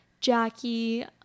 Jackie